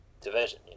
division